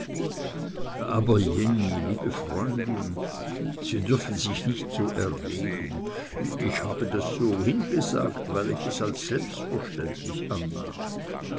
aber jenny liebe freundin sie dürfen sich nicht so erregen ich habe das so hingesagt weil ich es als selbstverständlich annahm